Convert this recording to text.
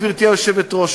גברתי היושבת-ראש,